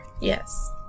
Yes